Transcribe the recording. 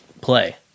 play